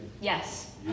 Yes